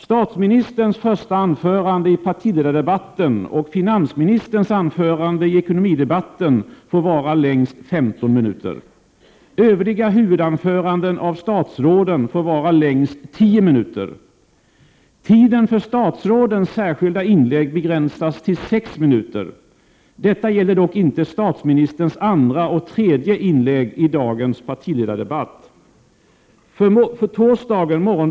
Statsministerns första anförande i partiledardebatten och finansministerns anförande i ekonomidebatten får vara längst 15 minuter. Övriga huvudanföranden av statsråden får vara längst tio minuter. Tiden för statsrådens särskilda inlägg begränsas till sex minuter. Detta gäller dock inte statsministerns andra och tredje inlägg i dagens partiledardebatt.